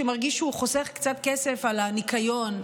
שמרגיש שהוא חוסך קצת כסף על הניקיון,